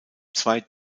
zwei